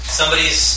somebody's